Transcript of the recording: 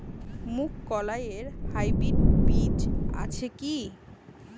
মুগকলাই এর হাইব্রিড বীজ আছে কি?